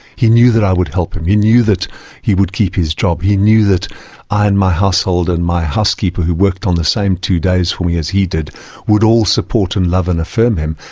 he knew that i would help him, he knew that he would keep his job, he knew that i and my household and my housekeeper who worked on the same two days for me as he did would all support and love and affirm him,